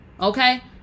okay